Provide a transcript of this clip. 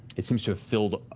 it seems to have filled,